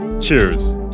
Cheers